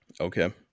Okay